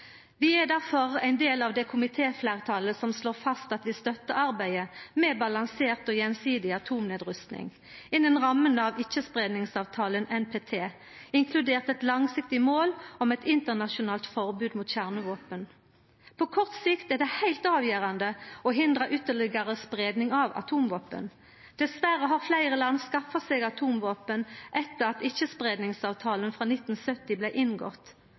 Vi er derfor ein del av det komitéfleirtalet som slår fast at vi støttar arbeidet med balansert og gjensidig atomnedrusting, innan ramma av Ikkjespreiingsavtalen, NPT, inkludert eit langsiktig mål om eit internasjonalt forbod mot kjernevåpen. På kort sikt er det heilt avgjerande å hindra ytterlegare spreiing av atomvåpen. Dessverre har fleire land skaffa seg atomvåpen etter at Ikkjespreiingsavtalen frå 1970 blei inngått.